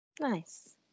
Nice